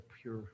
pure